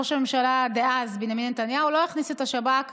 ראש הממשלה דאז בנימין נתניהו לא הכניס את השב"כ